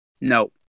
No